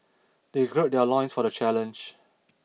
they gird their loins for the challenge